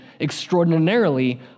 extraordinarily